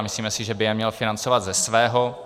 Myslíme si, že by je měl financovat ze svého.